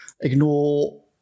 ignore